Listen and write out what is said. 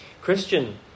Christian